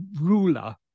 ruler